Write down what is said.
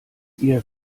ihr